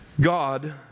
God